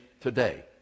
today